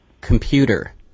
Computer